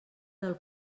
del